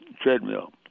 treadmill